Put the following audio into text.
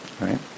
Right